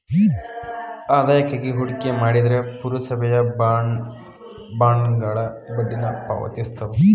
ಆದಾಯಕ್ಕಾಗಿ ಹೂಡಿಕೆ ಮಾಡ್ತಿದ್ರ ಪುರಸಭೆಯ ಬಾಂಡ್ಗಳ ಬಡ್ಡಿನ ಪಾವತಿಸ್ತವ